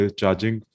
charging